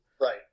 Right